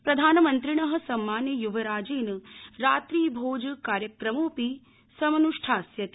प्रधानमन्त्रिणः सम्माने य्वराजेन रात्रि भोज कार्यक्रमोड़पि समन्ष्ठास्यति